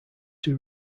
two